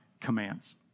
commands